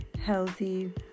healthy